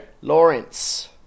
Lawrence